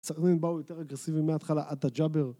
סכנין באו יותר אגרסיביים מההתחלה עד ת'ג'אבר